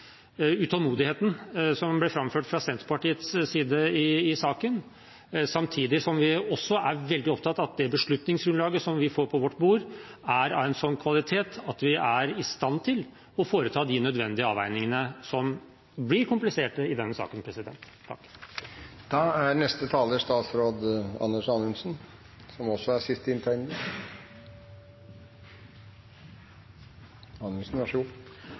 utålmodigheten som ble framført fra Senterpartiets side i saken, samtidig som vi også er veldig opptatt av at det beslutningsgrunnlaget som vi får på vårt bord, er av en sånn kvalitet at vi er i stand til å foreta de nødvendige avveiningene, som blir kompliserte i denne saken. Bare kort: Jeg tror vi er veldig enige i hele salen om at det er viktig at dette gjøres så